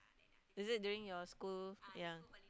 is it during your school ya